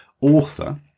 author